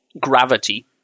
gravity